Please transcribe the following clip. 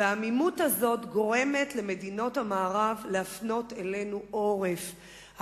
העמימות הזאת גורמת למדינות המערב להפנות אלינו עורף.